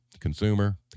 consumer